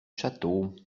château